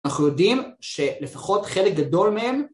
אנחנו יודעים שלפחות חלק גדול מהם,